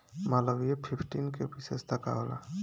Malviya fifteen के विशेषता का होला?